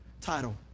title